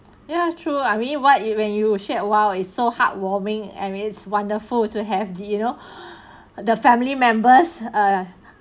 ya true I mean what you when you share while is so heartwarming and it's wonderful to have the you know the family members err